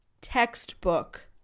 textbook